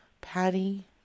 Patty